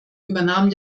übernahm